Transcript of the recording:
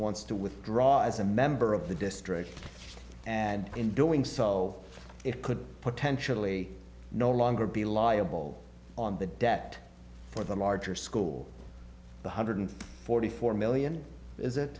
wants to withdraw as a member of the district and in doing so it could potentially no longer be liable on the debt for the larger school the hundred forty four million is it